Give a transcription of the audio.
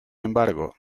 embargo